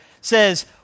says